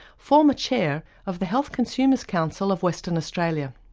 former chair of the health consumer's council of western australia.